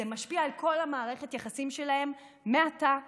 זה משפיע על כל מערכת היחסים שלהם מעתה והלאה.